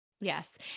Yes